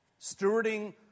Stewarding